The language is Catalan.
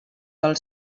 del